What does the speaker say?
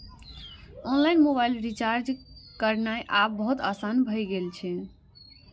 online mobile recharge करनाय आब बहुत आसान भए गेल छै